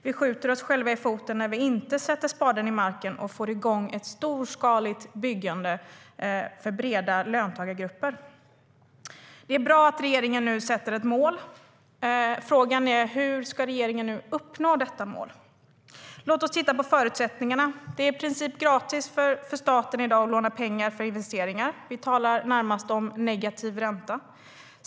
Vi skjuter oss själva i foten när vi inte sätter spaden i jorden och får igång ett storskaligt byggande för breda löntagargrupper. Det är bra att regeringen nu sätter upp ett mål. Frågan är bara hur regeringen ska uppnå målet. Låt oss titta på förutsättningarna. Det är i dag i princip gratis för staten att låna pengar för investeringar. Vi talar närmast om negativ ränta.